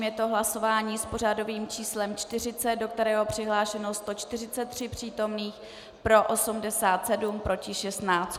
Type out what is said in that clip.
Je to hlasování s pořadovým číslem 40, do kterého je přihlášeno 143 přítomných, pro 87, proti 16.